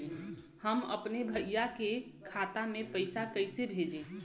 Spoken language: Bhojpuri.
हम अपने भईया के खाता में पैसा कईसे भेजी?